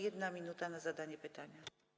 1 minuta na zadanie pytania.